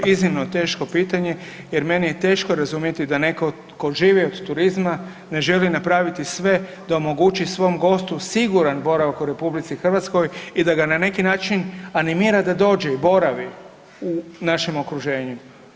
Iznimno teško pitanje jer meni je teško razumjeti da netko tko živi od turizma ne želi napraviti sve da omogućiti svom gostu siguran boravak u Republici Hrvatskoj i da ga na neki način animira da dođe i boravi u našem okruženju.